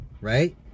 right